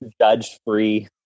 judge-free